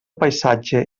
paisatge